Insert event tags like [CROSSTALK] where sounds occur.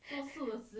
[LAUGHS]